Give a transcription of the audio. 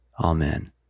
Amen